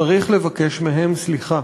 צריך לבקש מהם סליחה.